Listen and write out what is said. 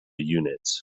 units